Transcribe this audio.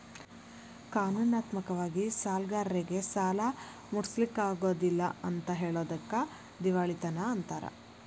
ಕಾನೂನಾತ್ಮಕ ವಾಗಿ ಸಾಲ್ಗಾರ್ರೇಗೆ ಸಾಲಾ ಮುಟ್ಟ್ಸ್ಲಿಕ್ಕಗೊದಿಲ್ಲಾ ಅಂತ್ ಹೆಳೊದಕ್ಕ ದಿವಾಳಿತನ ಅಂತಾರ